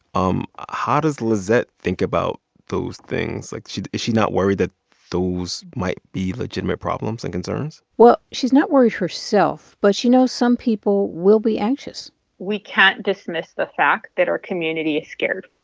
um how does lizette think about those things? like she not worried that those might be legitimate problems and concerns? well, she's not worried herself. but she knows some people will be anxious we can't dismiss the fact that our community is scared.